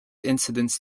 incidents